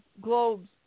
globes